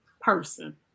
person